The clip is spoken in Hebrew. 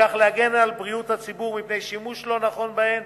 ובכך להגן על בריאות הציבור מפני שימוש לא נכון בהן